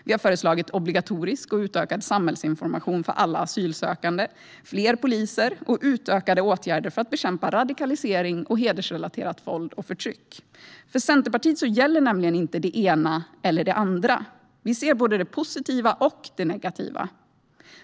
Vi har föreslagit obligatorisk och utökad samhällsinformation för alla asylsökande, fler poliser och utökade åtgärder för att bekämpa radikalisering och hedersrelaterat våld och förtryck. För Centerpartiet gäller nämligen inte det ena eller det andra. Vi ser både det positiva och det negativa.